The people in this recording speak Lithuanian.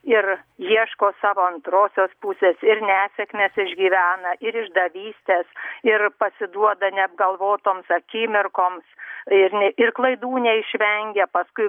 ir ieško savo antrosios pusės ir nesėkmes išgyvena ir išdavystes ir pasiduoda neapgalvotoms akimirkoms ir ne ir klaidų neišvengia paskui